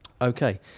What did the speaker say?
Okay